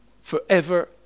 forever